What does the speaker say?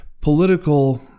Political